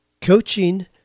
Coaching